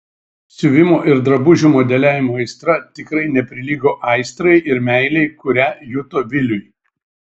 siuvimo ir drabužių modeliavimo aistra tikrai neprilygo aistrai ir meilei kurią juto viliui